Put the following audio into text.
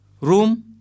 room